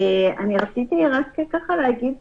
רציתי להגיד